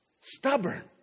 Stubborn